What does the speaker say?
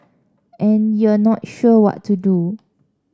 and you're not sure what to do